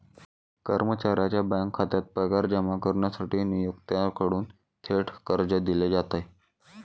कर्मचाऱ्याच्या बँक खात्यात पगार जमा करण्यासाठी नियोक्त्याकडून थेट कर्ज दिले जाते